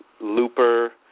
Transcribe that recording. Looper